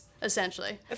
Essentially